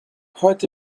heute